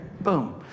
boom